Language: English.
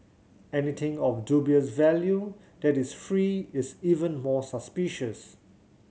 anything of dubious value that is free is even more suspicious